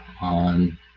on